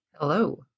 Hello